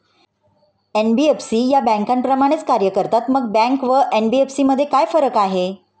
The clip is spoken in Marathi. एन.बी.एफ.सी या बँकांप्रमाणेच कार्य करतात, मग बँका व एन.बी.एफ.सी मध्ये काय फरक आहे?